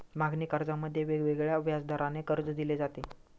मागणी कर्जामध्ये वेगवेगळ्या व्याजदराने कर्ज दिले जाते